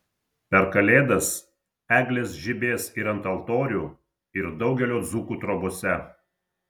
per kalėdas eglės žibės ir ant altorių ir daugelio dzūkų trobose